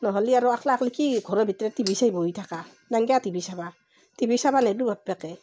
নহ'লে আৰু একলা একলা কি ঘৰৰ ভিতৰত টিভি চাই বহি থাকা নাংগে আহ টিভি চাবা টিভি চাবা নেদোঁ বাপ্পেকে